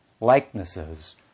likenesses